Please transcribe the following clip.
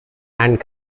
and